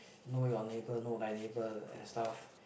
know your neighbour know thy neighbour and stuff